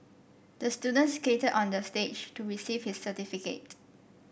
the student skated onto the stage to receive his certificate